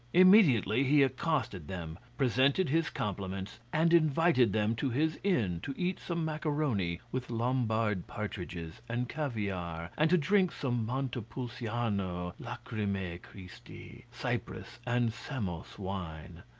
immediately he accosted them, presented his compliments, and invited them to his inn to eat some macaroni, with lombard partridges, and caviare, and to drink some montepulciano, lachrymae ah christi, cyprus and samos wine.